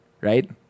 right